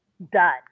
Done